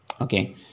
okay